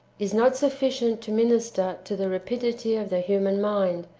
is not sufficient to minister to the rapidity of the human mind,